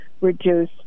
reduce